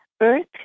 Earth